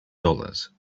dollars